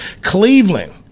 Cleveland